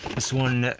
this one? ah,